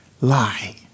lie